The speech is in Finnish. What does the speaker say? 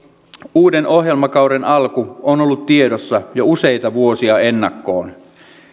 uuden ohjelmakauden alku on ollut tiedossa jo useita vuosia ennakkoon